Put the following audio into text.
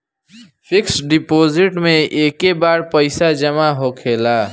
fix deposit मे एके बार पैसा जामा होखेला